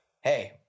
hey